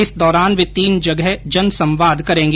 इस दौरान वे तीन जगह जनसंवाद करेंगी